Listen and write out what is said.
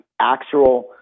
actual